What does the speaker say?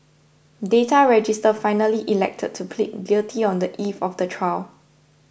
data register finally elected to plead guilty on the eve of the trial